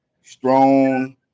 strong